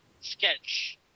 sketch